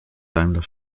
daimler